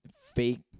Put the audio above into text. fake